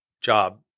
job